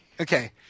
Okay